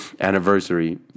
anniversary